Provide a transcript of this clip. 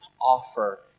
offer